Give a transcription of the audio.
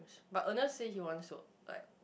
but Ernest say he wants to like